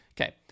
Okay